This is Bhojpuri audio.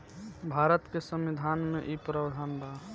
भारत के संविधान में इ प्रावधान बा